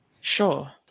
sure